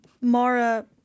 Mara